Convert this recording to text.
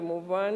ומובן